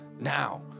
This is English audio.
now